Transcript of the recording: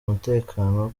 umutekano